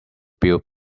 built